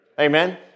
Amen